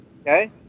okay